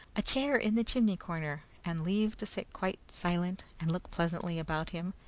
a chair in the chimney-corner, and leave to sit quite silent and look pleasantly about him,